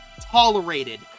tolerated